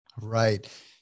Right